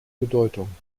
bedeutung